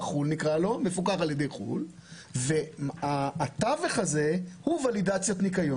על ידי חוץ לארץ והתווך הזה הוא ולידציית ניקיון